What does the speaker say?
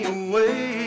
away